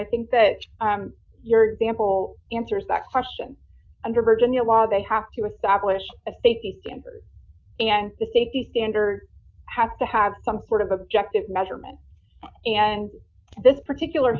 i think that your example answers that question under virginia law they have to establish a safety and the safety standards have to have some sort of objective measurement and this particular